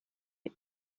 die